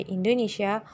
Indonesia